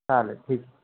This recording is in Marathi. चालेल ठीक